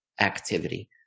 activity